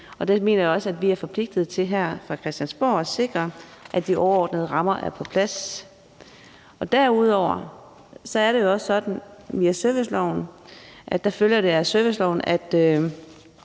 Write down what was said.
og der mener jeg også, vi er forpligtet til her fra Christiansborg at sikre, at de overordnede rammer er på plads. Derudover er det jo også sådan, at det følger af serviceloven, at